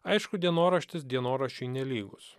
aišku dienoraštis dienoraščiui nelygus